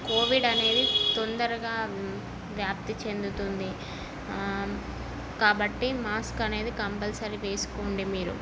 Covid అనేది తొందరగా వ్యాప్తి చెందుతుంది కాబట్టి మాస్క్ అనేది కంపల్సరీ వేసుకోండి మీరు